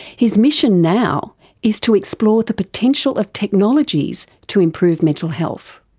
his mission now is to explore the potential of technologies to improve mental health.